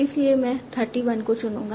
इसलिए मैं 31 को चुनूंगा